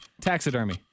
taxidermy